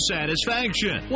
Satisfaction